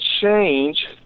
change